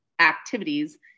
activities